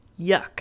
Yuck